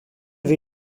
wir